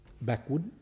backward